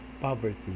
poverty